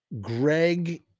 Greg